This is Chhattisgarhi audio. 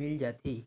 मिल जाथे